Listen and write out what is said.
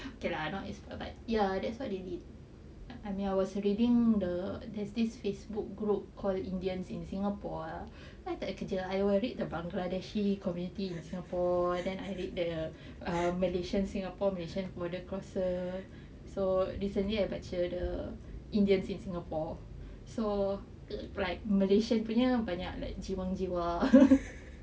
okay lah not expert but ya that's what they did I mean I was reading the there's this facebook group called the indians in singapore ah like the you know I will read the bangladeshi community in singapore then I read the malaysia singapore malaysians border crosser so recently I venture the indians in singapore so it's like malaysian punya banyak like jiwang-jiwang